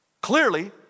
Clearly